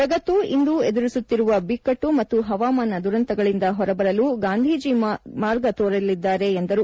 ಜಗತ್ತು ಇಂದು ಎದುರಿಸುತ್ತಿರುವ ಬಿಕ್ಕಟ್ಟು ಮತ್ತು ಹವಾಮಾನ ದುರಂತಗಳಿಂದ ಹೊರಬರಲು ಗಾಂಧೀಜಿ ಮಾರ್ಗ ತೋರಲಿದ್ದಾರೆ ಎಂದರು